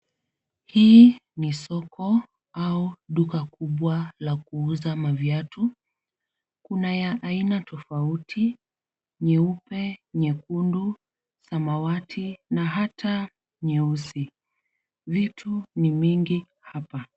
Hii ni soko au duka kubwa la kuuza maviatu. Kuna ya aina tofauti nyeupe, nyekundu, samawati na hata nyeusi. Vitu ni mingi hapa.